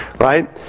right